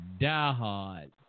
diehard